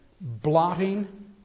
blotting